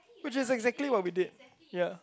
which is exactly what we did ya